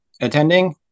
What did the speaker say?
attending